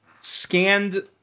scanned